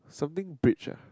something beach ah